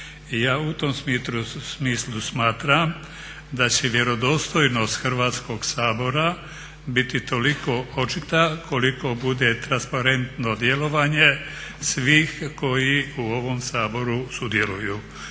ja u tom smislu smatram da će vjerodostojnost Hrvatskog sabora biti toliko očita koliko bude transparentno djelovanje svih koji u ovom Saboru sudjeluju.